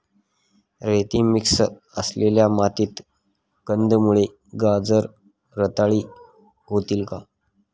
रेती मिक्स असलेल्या मातीत कंदमुळे, गाजर रताळी होतील का?